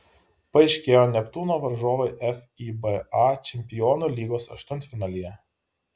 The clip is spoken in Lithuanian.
paaiškėjo neptūno varžovai fiba čempionų lygos aštuntfinalyje